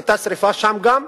היתה שרפה שם גם,